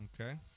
Okay